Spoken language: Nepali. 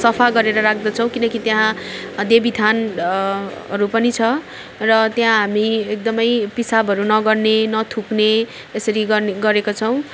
सफा गरेर राख्दछौँ किनकि त्यहाँ देवी थान हरू पनि छ र त्यहाँ हामी एकदम पिसाबहरू नगर्ने नथुक्ने त्यसरी गर्ने गरेको छौँ